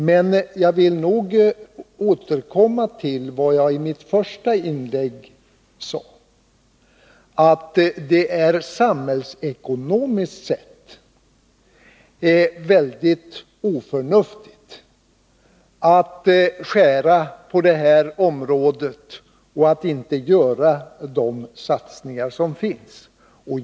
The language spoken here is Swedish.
Men jag vill återkomma till det jag sade i mitt första inlägg, att det samhällsekonomiskt sett är mycket oförnuftigt att skära ned på just detta område och att inte göra de satsningar som går att göra.